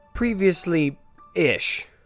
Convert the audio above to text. Previously-ish